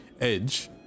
edge